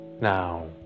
Now